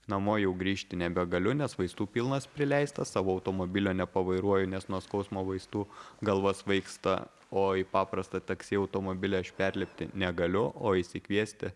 namo jau grįžti nebegaliu nes vaistų pilnas prileistas savo automobilio nepavairuoju nes nuo skausmo vaistų galva svaigsta o į paprastą taksi automobilį aš perlipti negaliu o išsikviesti